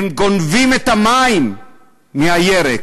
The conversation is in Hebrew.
הם גונבים את המים מהירק.